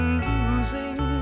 losing